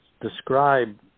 describe